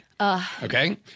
Okay